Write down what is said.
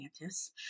Atlantis